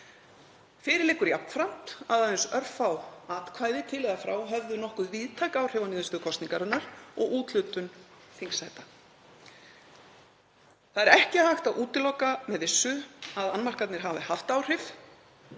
Fyrir liggur jafnframt að aðeins örfá atkvæði til eða frá höfðu nokkuð víðtæk áhrif á niðurstöður kosningarinnar og úthlutun þingsæta. Ekki er hægt að útiloka með vissu að annmarkarnir hafi haft áhrif